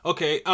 Okay